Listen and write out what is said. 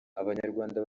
abanyarwanda